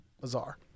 bizarre